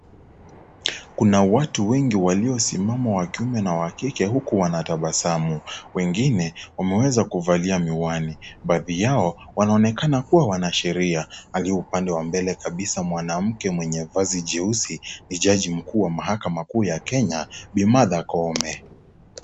kuna watu wengi waliosimama, wakiume pia na wakike huku wanatabasamu. Wengine wameweza kuvalia miwani. Baadhi yao wanaonekana kuwa wanasheria. Aliye upande wa mbele kabisa mwanamke mwenye vazi jeusi ni jaji mkuu wa mahakama kuu ya kenya Bi. Martha Koome.